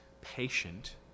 patient